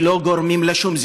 ולא גורמים לשום זיהום,